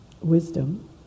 wisdom